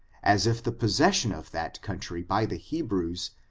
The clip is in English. as if the possession of that country by the hebrews,